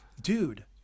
Dude